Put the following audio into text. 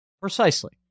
Precisely